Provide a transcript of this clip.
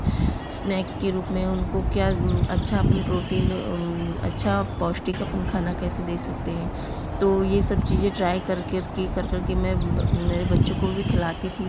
snake के रूप में उनको क्या अच्छा अपन प्रोटीन के रूप में अच्छा पौष्टिक अपन खाना कैसे दे सकते हैं तो यह सब चीज़ें ट्राइ कर करके कर करके मैं मेरे बच्चों को भी खिलाती थी